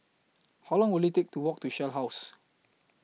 How Long Will IT Take to Walk to Shell House